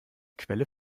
quelle